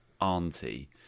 auntie